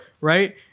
right